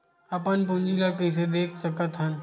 अपन पूंजी ला कइसे देख सकत हन?